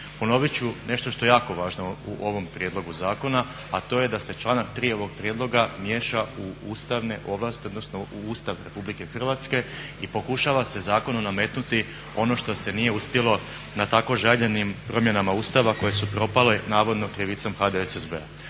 Ponovit ću nešto što je jako važno u ovom prijedlogu zakona, a to je da se članak 3. ovog prijedloga miješa u ustavne ovlasti odnosno u Ustav Republike Hrvatske i pokušava se zakonom nametnuti ono što se nije uspjelo na tako željenim promjenama Ustava koje su propale navodnom krivicom HDSSB-a.